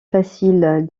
facile